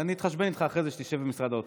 אני אתחשבן איתך אחרי זה, כשתשב במשרד האוצר.